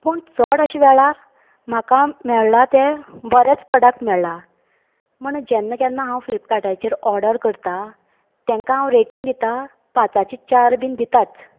पूण चड अशें वेळार म्हाका मेळ्ळा तें बरेंच प्रोडक्ट मेळ्ळा म्हण जेन्ना केन्ना हांव फ्लिपकार्टाचेर ऑर्डर करता तेंका हांव रेटी दिता पांचाचे चार बीन दिताच